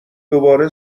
دوباره